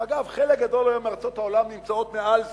אגב, היום חלק גדול מארצות העולם נמצאות מעל זה,